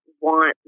want